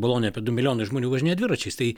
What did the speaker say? bolonėj apie du milijonai žmonių važinėja dviračiais tai